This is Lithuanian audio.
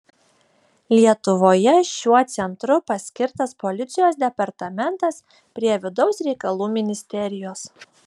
lietuvoje šiuo centru paskirtas policijos departamentas prie vidaus reikalų ministerijos